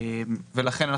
לכן,